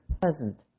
pleasant